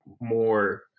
more